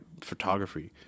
photography